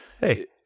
hey